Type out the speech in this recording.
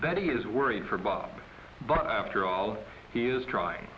that he is worried for bob but after all he is trying